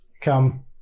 Come